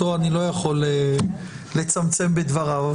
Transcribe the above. אותו אני לא יכול לצמצמם בדבריו.